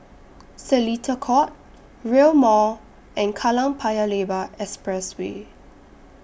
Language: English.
Seletar Court Rail Mall and Kallang Paya Lebar Expressway